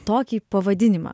tokį pavadinimą